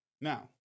Now